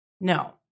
no